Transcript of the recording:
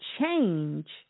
change